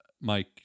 Mike